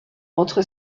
entre